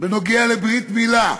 בעניין ברית-מילה,